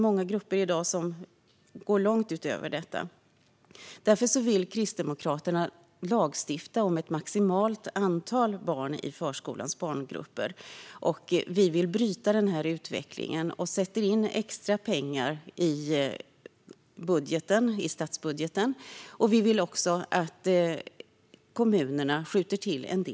Många grupper går även långt utöver detta. Kristdemokraterna vill därför lagstifta om ett maximalt antal barn i förskolans barngrupper. Vi vill bryta utvecklingen och lägger till extra pengar i statsbudgeten. Vi vill att kommunerna skjuter till en del.